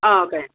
okay